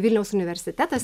vilniaus universitetas